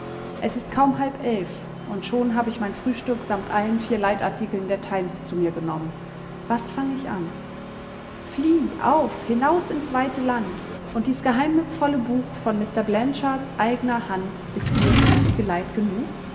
es ist kaum elf und schon hab ich mein frühstück samt allen vier leitartikeln der times zu mir genommen was fang ich an flieh auf hinaus ins weite land und dies geheimnisvolle buch von mr blanchards eigner hand ist dir es nicht geleit genug